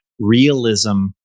realism